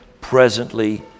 presently